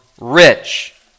Rich